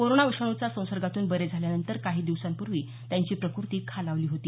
corona विषाणूचा संसर्गातून बरे झाल्यानंतर काही दिवसांपूर्वी त्यांची प्रकृती खालावली होती